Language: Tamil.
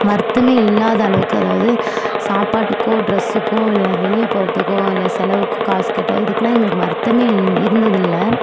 வருத்தமே இல்லாத அளவுக்கு அதாவது சாப்பாட்டுக்கோ ட்ரெஸ்ஸுக்கோ இல்லை வெளியே போகறதுக்கோ இல்லை செலவுக்கு காசு கேட்டால் இதுக்குலாம் எங்களுக்கு வருத்தமே இரு இருந்ததில்லை